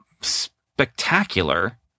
spectacular